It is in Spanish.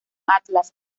atlas